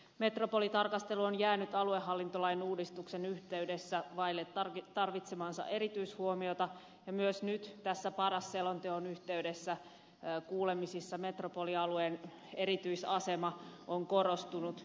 metropolitarkastelu on jäänyt aluehallintolain uudistuksen yhteydessä vaille tarvitsemaansa erityishuomiota ja myös nyt tässä paras selonteon yhteydessä kuulemisissa metropolialueen erityisasema on korostunut